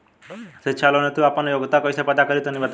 शिक्षा लोन हेतु हम आपन योग्यता कइसे पता करि तनि बताई?